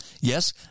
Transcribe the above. Yes